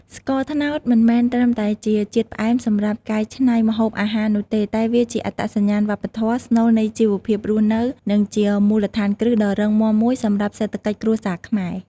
ស្ករត្នោត មិនមែនត្រឹមតែជាជាតិផ្អែមសម្រាប់កែច្នៃម្ហូបអាហារនោះទេ តែវាជាអត្តសញ្ញាណវប្បធម៌ ស្នូលនៃជីវភាពរស់នៅ និងជាមូលដ្ឋានគ្រឹះដ៏រឹងមាំមួយសម្រាប់សេដ្ឋកិច្ចគ្រួសារខ្មែរ។